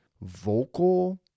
vocal